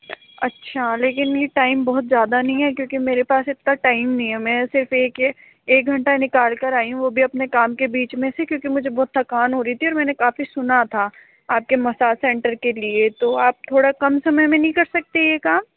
अच्छा लेकिन ये टाइम बहुत ज़्यादा नहीं है क्योकि मेरे पास इतना टाइम नहीं है मैं सिर्फ एक एक घंटा निकाल कर आयी हूँ वो भी अपने काम के बीच में से क्योंकि मुझे बहुत थकान हो रही थी और मैंने काफी सुना था आपके मसाज सेंटर के लिए तो आप थोड़ा कम समय में नहीं कर सकते यह काम